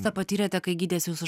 tą patyrėte kai gydės jūsų